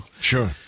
Sure